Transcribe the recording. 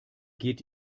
geht